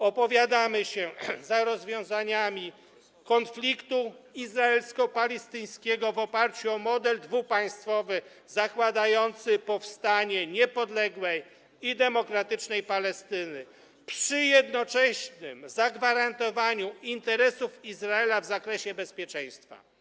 Opowiadamy się za rozwiązaniami konfliktu izraelsko-palestyńskiego w oparciu o model dwupaństwowy zakładający powstanie niepodległej i demokratycznej Palestyny przy jednoczesnym zagwarantowaniu interesów Izraela w zakresie bezpieczeństwa.